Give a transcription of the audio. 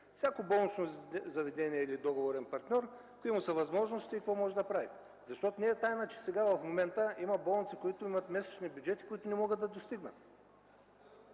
всяко болнично заведение или договорен партньор какви са възможностите му и какво може да прави. Не е тайна, че сега, в момента, има болници, които имат месечни бюджети, които не могат да достигнат.